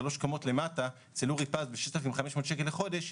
3 קומות למטה אצל אורי פז ב-3,500 שקל בחודש,